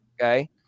Okay